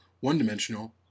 one-dimensional